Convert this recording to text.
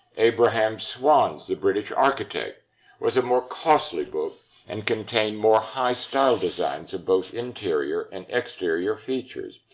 abraham swan's the british architect was a more costly book and contained more high-style designs of both interior and exterior features.